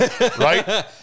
right